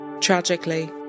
Tragically